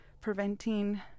preventing